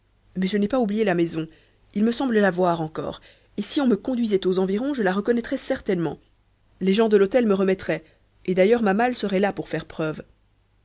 mais je n'ai pas oublié la maison il me semble la voir encore et si on me conduisait aux environs je la reconnaîtrais certainement les gens de l'hôtel me remettraient et d'ailleurs ma malle serait là pour faire preuve